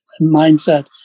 mindset